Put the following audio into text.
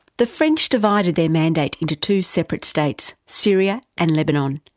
the french divided their mandate into two separate states, syria and lebanon.